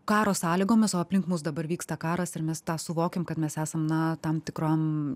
karo sąlygomis o aplink mus dabar vyksta karas ir mes tą suvokiam kad mes esam na tam tikram